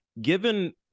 Given